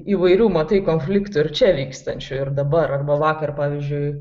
įvairių matai konfliktų ir čia vykstančią ir dabar arba vakar pavyzdžiui